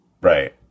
Right